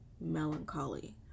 melancholy